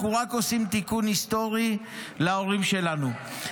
אנחנו רק עושים תיקון היסטורי להורים שלנו.